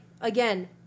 again